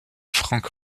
frank